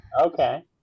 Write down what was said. Okay